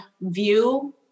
view